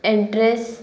entrance